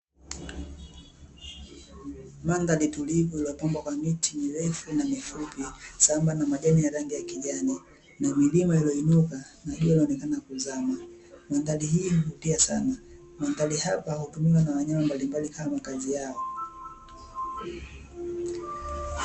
Mandhari tulivu iliyopambwa kwa miti mirefu na mifupi sambamba na majani ya rangi ya kijani, na milima iliyoinuka na jua likionekana kuzama. Mandhari hii huvutia sana. Mandhari hapa hutumiwa na wanyama mbalimbali kama makazi yao.